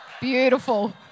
beautiful